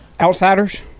Outsiders